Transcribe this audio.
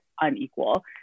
unequal